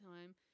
time